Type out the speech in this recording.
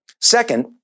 Second